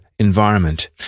environment